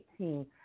18